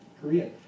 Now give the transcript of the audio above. Korea